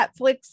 netflix